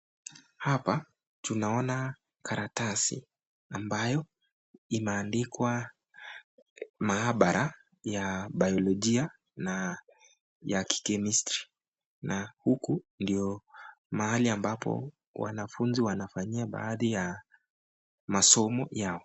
Hapa tunaona karatasi ambayo imeandikwa maabara ya biolojia na ya kichemistry na huku ndio mahali ambapo wanafunzi wanafanyia baadhi ya masomo yao.